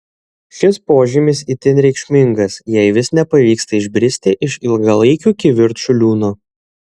šis požymis itin reikšmingas jei vis nepavyksta išbristi iš ilgalaikių kivirčų liūno